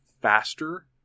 faster